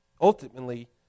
ultimately